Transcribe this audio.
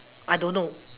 I don't know